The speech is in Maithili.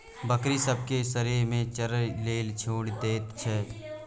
बकरी सब केँ सरेह मे चरय लेल छोड़ि दैत छै